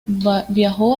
viajó